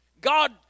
God